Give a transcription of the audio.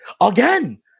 again